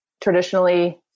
traditionally